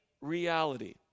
reality